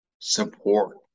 support